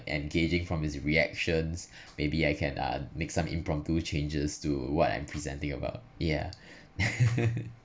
engaging from his reactions maybe I can uh make some impromptu changes to what I'm presenting about yeah